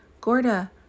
Gorda